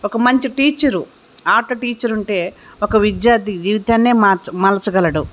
ఒక మంచి teacher art teacher ఉంటే ఒక విద్యార్థి జీవితాన్ని మార్చ మలచగలడు